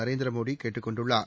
நரேந்திர மோடி கேட்டுக் கொண்டுள்ளார்